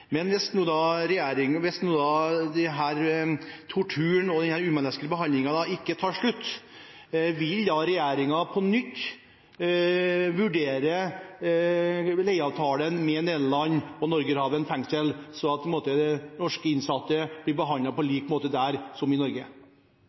Men hvis nå denne torturen og den umenneskelige behandlingen ikke tar slutt, vil da regjeringen på nytt vurdere leieavtalen med Nederland og Norgerhaven fengsel, slik at norske innsatte bli behandlet på